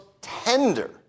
tender